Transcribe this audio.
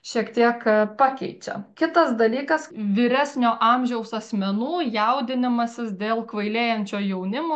šiek tiek pakeičia kitas dalykas vyresnio amžiaus asmenų jaudinimasis dėl kvailėjančio jaunimo